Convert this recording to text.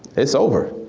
it's over.